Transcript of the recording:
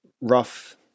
rough